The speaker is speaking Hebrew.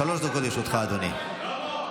שלוש דקות לרשותך, אדוני.